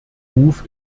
ruf